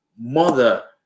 mother